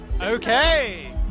Okay